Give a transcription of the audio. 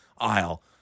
aisle